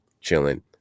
chilling